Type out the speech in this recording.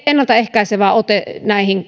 ennaltaehkäisevä ote